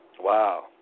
Wow